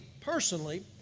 personally